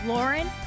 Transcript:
Lauren